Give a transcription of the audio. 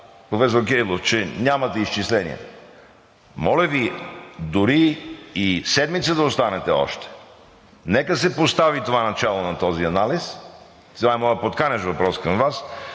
професор Кирилов, че нямате изчисления. Моля Ви, дори и седмица да останете още, нека се постави това начало на този анализ. Това е моят подканящ въпрос към Вас,